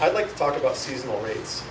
i'd like to talk about seasonal rates